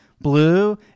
blue